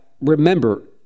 remember